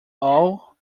all